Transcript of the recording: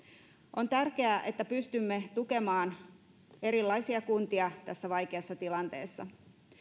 on tärkeää että pystymme tukemaan erilaisia kuntia tässä vaikeassa tilanteessa